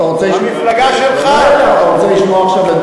אתה רוצה לשמוע, המפלגה שלך.